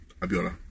Abiola